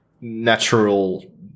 natural